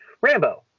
Rambo